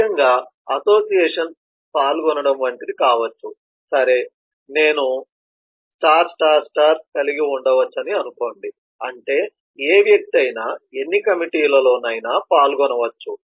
సహజంగా అసోసియేషన్ పాల్గొనడం వంటిది కావచ్చు సరే నేను కలిగి ఉండవచ్చని అనుకోండి అంటే ఏ వ్యక్తి అయినా ఎన్ని కమిటీలలోనైనా పాల్గొనవచ్చు